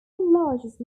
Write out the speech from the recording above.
largest